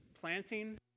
planting